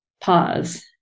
pause